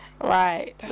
Right